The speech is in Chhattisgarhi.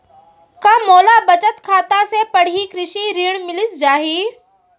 का मोला बचत खाता से पड़ही कृषि ऋण मिलिस जाही?